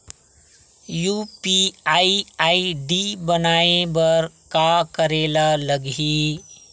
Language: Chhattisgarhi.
यू.पी.आई आई.डी बनाये बर का करे ल लगही?